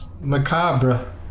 macabre